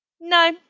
no